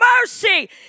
mercy